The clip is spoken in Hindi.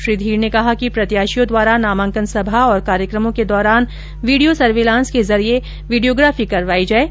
श्री धीर ने कहा कि प्रत्याशियों द्वारा नामांकन सभा और कार्यक्रमों के दौरान वीडियो सर्विलांस के जरिये वीडियोग्राफी करवायी जाये